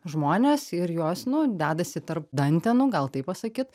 žmonės ir juos nu dedasi tarp dantenų gal taip pasakyt